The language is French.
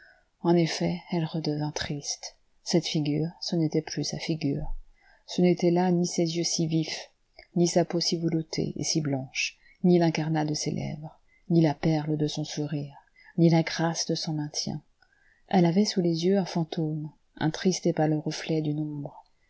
en effet elle redevint triste cette figure ce n'était plus sa figure ce n'étaient là ni ses yeux si vifs ni sa peau si veloutée et si blanche ni l'incarnat de ses lèvres ni la perle de son sourire ni la grâce de son maintien elle avait sous les yeux un fantôme un triste et pâle reflet d'une ombre